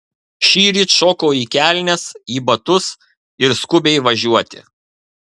šįryt šoko į kelnes į batus ir skubiai važiuoti